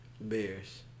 Bears